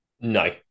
No